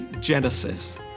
genesis